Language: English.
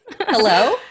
Hello